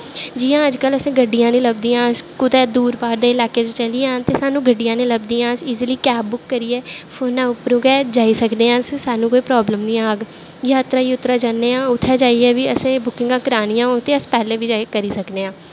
जियां अज्जकल असें गड्डियां नी लभदियां अस कुतै दूर पार दे इलाके च चली जान ते सानूं गड्डियां निं लभदियां अस ईजली कैब बुक करियै फोनै उप्परूं गै जाई सकने आं अस सानूं कोई प्राब्लम निं आह्ग जातरा जुत्तरा जन्ने आं उत्थें जाइयै बी असें बुकिंगां करानियां होग ते अस पैह्लें बी जा करी सकने आं